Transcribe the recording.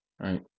Right